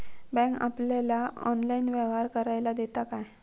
Bank आपल्याला online व्यवहार करायला देता काय?